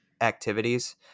activities